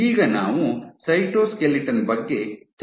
ಈಗ ನಾವು ಸೈಟೋಸ್ಕೆಲಿಟನ್ ಬಗ್ಗೆ ಚರ್ಚಿಸುತ್ತೇವೆ